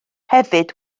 hefyd